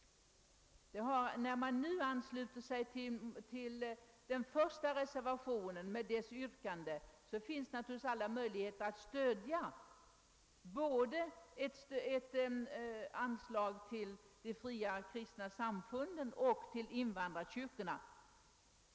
Ett bifall till yrkandet i reservationen 1 innebär däremot stöd både till de fria kristna samfunden och till invandrarkyrkorna.